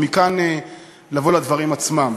ומכאן לבוא לדברים עצמם.